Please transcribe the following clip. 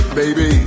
baby